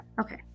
Okay